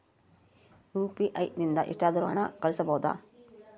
UPI ನಿಂದ ಎಷ್ಟಾದರೂ ಹಣ ಕಳಿಸಬಹುದಾ?